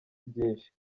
byinshi